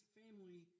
family